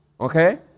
Okay